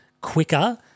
quicker